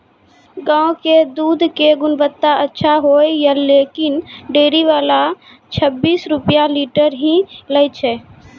गांव के दूध के गुणवत्ता अच्छा होय या लेकिन डेयरी वाला छब्बीस रुपिया लीटर ही लेय छै?